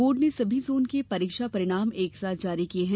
board ने सभी zone के परीक्षा परिणाम एक साथ जारी किये हैं